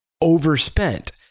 overspent